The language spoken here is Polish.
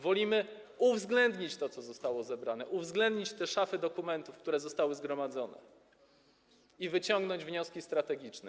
Wolimy uwzględnić to, co zostało zebrane, uwzględnić te szafy dokumentów, które zostały zgromadzone, i wyciągnąć wnioski strategiczne.